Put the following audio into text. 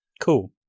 Cool